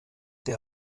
der